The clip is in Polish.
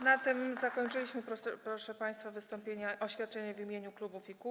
Na tym zakończyliśmy, proszę państwa, wystąpienia, oświadczenia w imieniu klubów i kół.